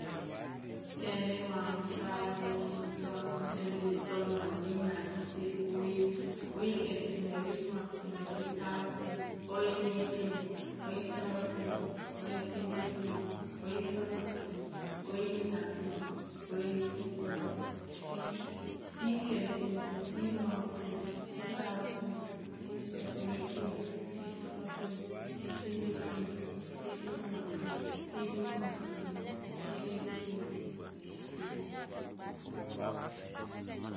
Kene mamu farm nil suru sin- dia, su no ma, nigina, isie kgin, oyin kene fini, oyjn mana fimi, oyin faru fini oyi nile fini, oyi suru fini, oyin sundia fini. oyi suno ma fini, oyin nigina fini oyi si kene fini si mana fini si faru fini, sii nil fini, si suru fini, si sin- de finj si sunoma fini, si mi-gina fini si oyi fini